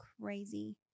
crazy